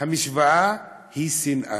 המשוואה, שנאה.